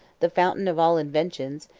the fountain of all inventions,